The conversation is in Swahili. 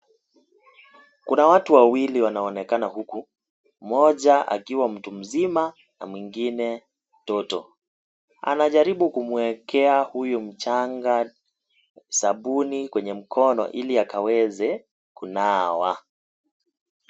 Kuna watu wawili wakionekana huku mmoja akiwa mtu mzima na mwengine mtoto. Anajaribu kumwekea huyu mchanga sabuni kwenye mkono ili akaweze kunawa.